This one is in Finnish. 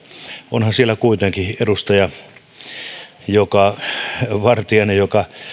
onhan siellä kuitenkin edustaja vartiainen joka